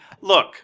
look